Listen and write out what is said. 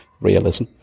realism